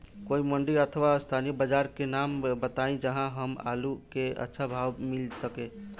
कोई मंडी अथवा स्थानीय बाजार के नाम बताई जहां हमर आलू के अच्छा भाव मिल सके?